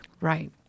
Right